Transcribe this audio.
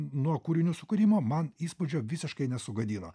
nuo kūrinių sukūrimo man įspūdžio visiškai nesugadino